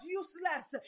useless